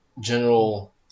general